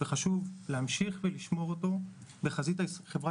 חשוב להמשיך ולשמור אותו בחזית החברה